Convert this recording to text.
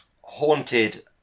haunted